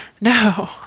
No